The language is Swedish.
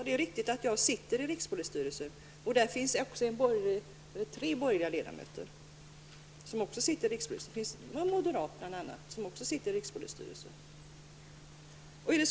Det är riktigt att jag är ledamot av rikspolisstyrelsen. Det finns också tre borgerliga ledamöter i rikspolisstyrelsen, bl.a. en moderat.